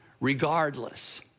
regardless